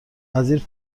وزیر